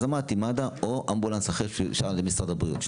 אז אמרתי מד"א או אמבולנס אחר שאושר על ידי משרד הבריאות.